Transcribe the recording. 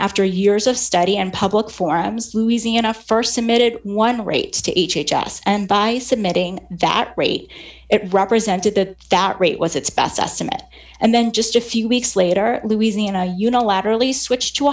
after years of study and public forums louisiana st submitted one rate to each of us and by submitting that rate it represented the fat rate was its best estimate and then just a few weeks later louisiana unilaterally switched to a